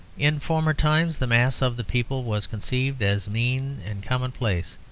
in former times the mass of the people was conceived as mean and commonplace,